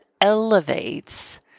elevates